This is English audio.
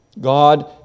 God